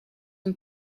een